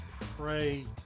pray